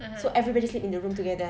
so everybody sleep in the room together